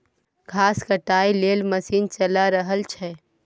घास काटय लेल मशीन चला रहल छै